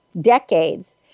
decades